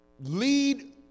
lead